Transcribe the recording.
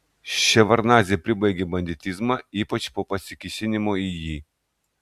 ševardnadzė pribaigė banditizmą ypač po pasikėsinimo į jį